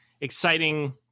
exciting